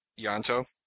Yanto